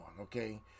okay